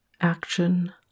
action